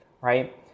right